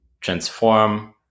transform